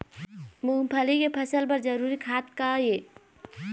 मूंगफली के फसल बर जरूरी खाद का ये?